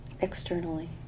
externally